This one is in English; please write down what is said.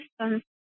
system